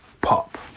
pop